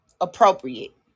appropriate